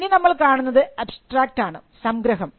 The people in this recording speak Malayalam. ഇനി നമ്മൾ കാണുന്നത് അബ്സ്ട്രാക്ട് ആണ് സംഗ്രഹം